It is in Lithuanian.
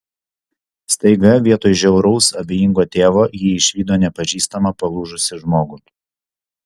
staiga vietoj žiauraus abejingo tėvo ji išvydo nepažįstamą palūžusį žmogų